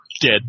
Dead